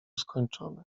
skończony